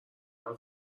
حرف